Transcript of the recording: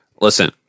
Listen